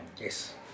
Yes